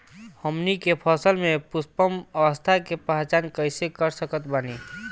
हमनी के फसल में पुष्पन अवस्था के पहचान कइसे कर सकत बानी?